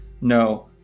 No